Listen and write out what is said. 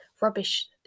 rubbish